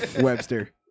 Webster